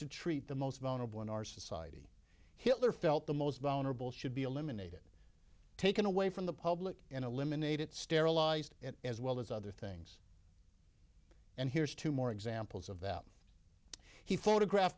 to treat the most vulnerable in our society hitler felt the most vulnerable should be eliminated taken away from the public and eliminated sterilized as well as other things and here's two more examples of that he photograph